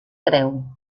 creu